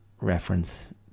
reference